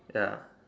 ya